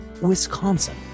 Wisconsin